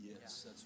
Yes